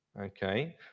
Okay